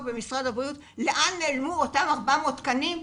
במשרד הבריאות לאן נעלמו אותם 400 תקנים.